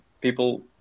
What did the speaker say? people